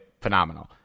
phenomenal